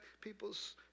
people's